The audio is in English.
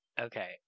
Okay